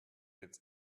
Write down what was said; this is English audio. its